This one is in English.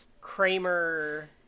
Kramer-